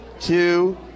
two